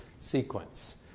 sequence